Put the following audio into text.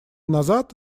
назад